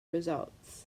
results